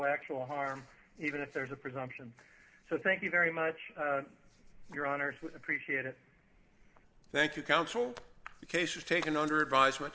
actual harm even if there is a presumption so thank you very much your honour's was appreciated thank you counsel case was taken under advisement